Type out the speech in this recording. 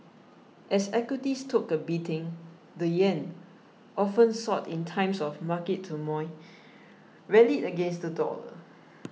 as equities took a beating the yen often sought in times of market turmoil rallied against the dollar